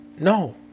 no